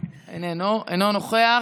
אינו נוכח,